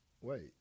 wait